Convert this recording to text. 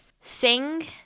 Sing